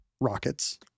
rockets